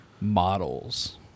models